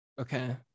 Okay